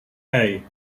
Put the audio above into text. hey